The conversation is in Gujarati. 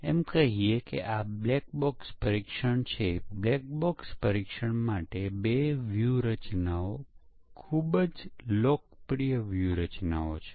અમે અપેક્ષા રાખીએ છીએ કે દર્શકે ઓછામાં ઓછા થોડાક પ્રોગ્રામ્સ લખયા હશે અને તેમને પ્રોગ્રામિંગ માં થોડો અનુભવ હશે જે આ વ્યાખ્યાનોને સમજવામાં મદદરૂપ રહેશે